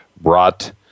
brought